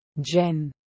Jen